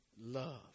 love